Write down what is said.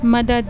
مدد